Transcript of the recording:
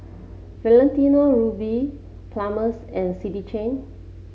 Valentino Rudy Palmer's and City Chain